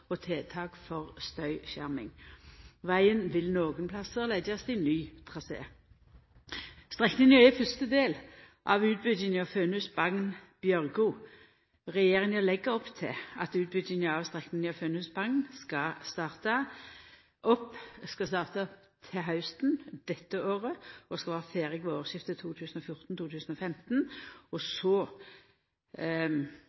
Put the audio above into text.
og tiltak for støyskjerming. Vegen vil nokre plassar leggjast i ny trasé. Strekninga er fyrste del av utbygginga Fønhus–Bagn–Bjørgo. Regjeringa legg opp til at utbygginga av strekninga Fønhus–Bagn skal starta til hausten dette året og stå ferdig ved